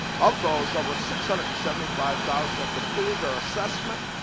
of those, over six hundred and seventy five thousand have completed their assessment,